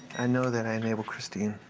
i know that i enable cristine.